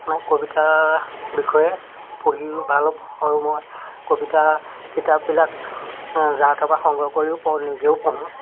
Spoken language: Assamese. মানে কবিতাৰ বিষয়ে পঢ়িও ভাল আৰু মই কবিতা কিতাপবিলাক যাৰ তাৰপৰা সংগ্ৰহ কৰিও পঢ়োঁ নিজেও পঢ়োঁ